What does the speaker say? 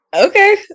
Okay